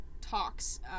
talks